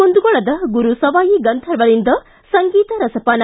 ಕುಂದಗೋಳದ ಗುರು ಸವಾಯಿ ಗಂಧರ್ವರಿಂದ ಸಂಗೀತ ರಸಪಾನ